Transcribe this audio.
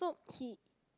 so he